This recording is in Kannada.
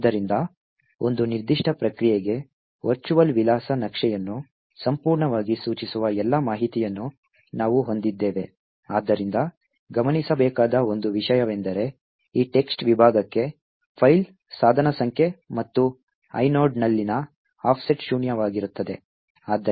ಆದ್ದರಿಂದ ಒಂದು ನಿರ್ದಿಷ್ಟ ಪ್ರಕ್ರಿಯೆಗೆ ವರ್ಚುವಲ್ ವಿಳಾಸ ನಕ್ಷೆಯನ್ನು ಸಂಪೂರ್ಣವಾಗಿ ಸೂಚಿಸುವ ಎಲ್ಲಾ ಮಾಹಿತಿಯನ್ನು ನಾವು ಹೊಂದಿದ್ದೇವೆ ಆದ್ದರಿಂದ ಗಮನಿಸಬೇಕಾದ ಒಂದು ವಿಷಯವೆಂದರೆ ಈ text ವಿಭಾಗಕ್ಕೆ ಫೈಲ್ ಸಾಧನ ಸಂಖ್ಯೆ ಮತ್ತು ಐನೋಡ್ನಲ್ಲಿನ ಆಫ್ಸೆಟ್ ಶೂನ್ಯವಾಗಿರುತ್ತದೆ